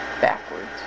backwards